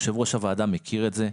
יושב ראש הוועדה מכיר את זה.